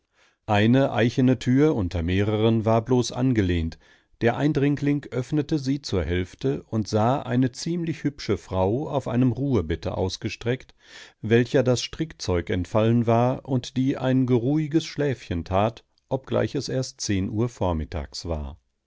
eine eichene türe unter mehreren war bloß angelehnt der eindringling öffnete sie zur hälfte und sah eine ziemlich hübsche frau auf einem ruhebette ausgestreckt welcher das strickzeug entfallen war und die ein geruhiges schläfchen tat obgleich es erst zehn uhr vormittags war